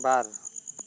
ᱵᱟᱨ